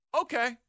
Okay